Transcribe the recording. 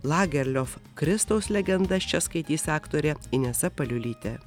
lagerliof kristaus legendas čia skaitys aktorė inesa paliulytė